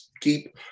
keep